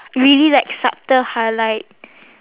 really like subtle highlight